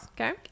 okay